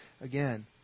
again